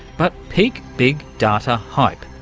but peak big data hype.